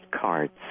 cards